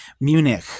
Munich